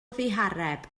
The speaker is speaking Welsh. ddihareb